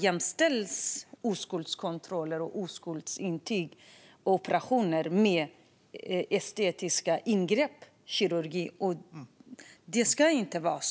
Jämställs utfärdandet av oskuldskontroller, oskuldsintyg och oskuldsoperationer med estetiska kirurgiska ingrepp? Så ska det inte vara.